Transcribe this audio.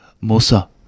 Musa